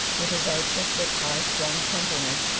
with his artistic high-strung temperament,